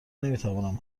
نمیتوانم